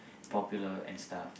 popular and stuff